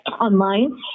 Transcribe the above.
online